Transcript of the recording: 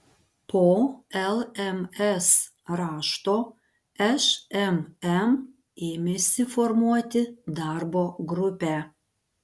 po lms rašto šmm ėmėsi formuoti darbo grupę